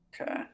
Okay